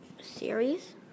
Series